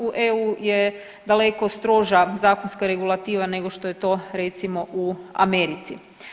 U EU je daleko stroža zakonska regulativa nego što je to, recimo, u Americi.